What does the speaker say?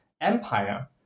empire